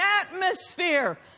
atmosphere